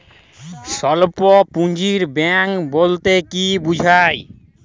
স্বল্প পুঁজির ব্যাঙ্ক বলতে কি বোঝায়?